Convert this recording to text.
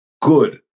good